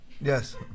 Yes